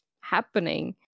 happening